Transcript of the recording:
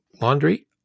laundry